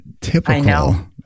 typical